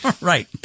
Right